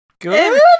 good